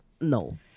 no